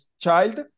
child